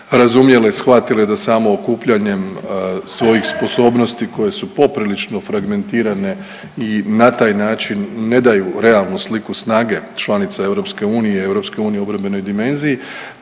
razumjele, shvatile da samo okupljanjem svojih sposobnosti koje su poprilično fragmentirale i na taj način ne daju realnu sliku snage članica EU i EU u obrambenoj dimenziji.